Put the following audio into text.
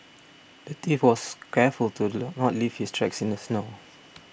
the thief was careful to not leave his tracks in the snow